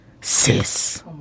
Sis